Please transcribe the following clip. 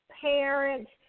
parents